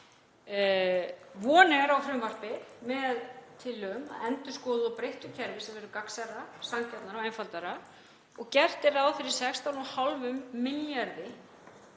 Von er á frumvarpi með tillögum að endurskoðuðu og breyttu kerfi sem verður gagnsærra, sanngjarnara og einfaldara og gert er ráð fyrir 16,5 milljörðum